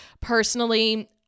personally